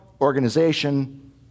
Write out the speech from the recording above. organization